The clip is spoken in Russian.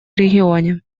регионе